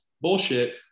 Bullshit